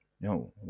No